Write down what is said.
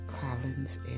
Collins